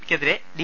പിക്കെതിരെ ഡി